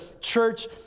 church